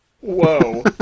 Whoa